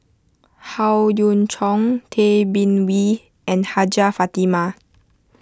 Howe Yoon Chong Tay Bin Wee and Hajjah Fatimah